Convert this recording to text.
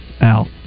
Al